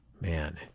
Man